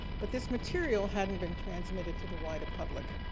but this material hadn't been transmitted to the wider public.